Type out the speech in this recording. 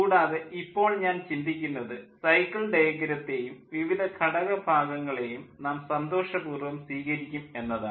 കൂടാതെ ഇപ്പോൾ ഞാൻ ചിന്തിക്കുന്നത് സൈക്കിൾ ഡയഗ്രത്തേയും വിവിധ ഘടകഭാഗങ്ങളേയും നാം സന്തോഷപൂർവ്വം സ്വീകരിക്കും എന്നതാണ്